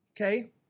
Okay